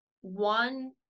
one